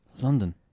london